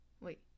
wait